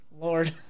Lord